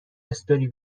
استوری